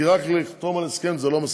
כי רק לחתום על הסכם זה לא מספיק.